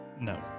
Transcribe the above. No